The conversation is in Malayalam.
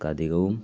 നമുക്ക് അധികവും